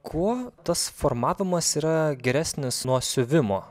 kuo tas formavimas yra geresnis nuo siuvimo